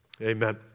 Amen